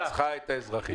לא התקבלה.